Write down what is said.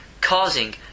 Causing